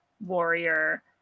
warrior